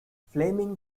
flaming